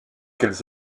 quels